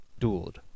dueled